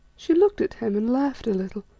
she looked at him and laughed a little.